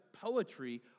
poetry